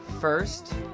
First